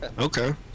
Okay